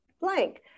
blank